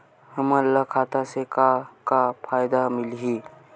हमन ला खाता से का का फ़ायदा मिलही?